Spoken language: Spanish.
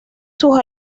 sus